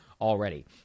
already